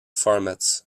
formats